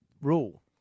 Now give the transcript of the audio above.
rule